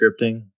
scripting